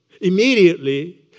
immediately